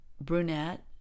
brunette